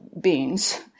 beings